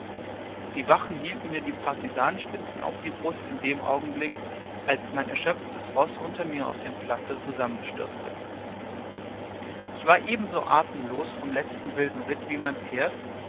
die wachen hielten mir die partisanenspitzen auf die brust in dem augenblick als mein erschöpftes roß unter mir auf dem pflaster zusammenstürzte ich war eben so atemlos vom letzten wilden ritt wie mein pferd